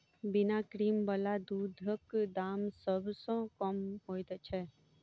बिना क्रीम बला दूधक दाम सभ सॅ कम होइत छै